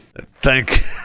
thank